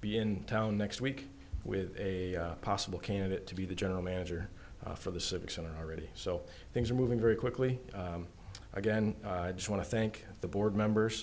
be in town next week with a possible candidate to be the general manager for the civic center already so things are moving very quickly again i just want to thank the board members